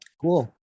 cool